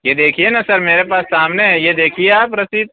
یہ دیکھیے نا سر میرے پاس سامنے ہے یہ دیکھیے آپ رسید